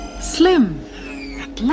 Slim